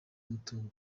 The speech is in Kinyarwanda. umutungo